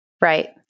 Right